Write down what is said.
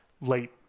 late